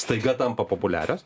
staiga tampa populiarios